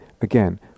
Again